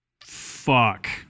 Fuck